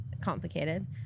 complicated